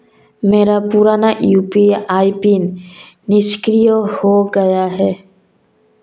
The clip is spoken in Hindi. मेरा पुराना यू.पी.आई पिन निष्क्रिय हो गया है